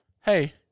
Hey